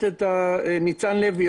אני ניצן לוי,